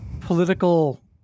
political